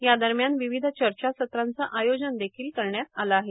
या दरम्यान विविध चर्चासत्राचं आयोजन देखील करण्यात येणार आहे